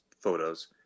photos